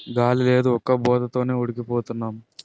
గాలి లేదు ఉక్కబోత తోనే ఉడికి పోతన్నాం